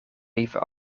even